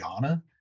Ghana